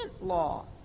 law